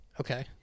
Okay